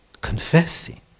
confessing